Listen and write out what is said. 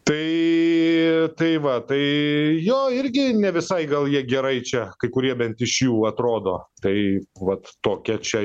tai tai va tai jo irgi ne visai gal jie gerai čia kai kurie bent iš jų atrodo tai vat tokia čia